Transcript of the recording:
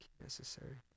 necessary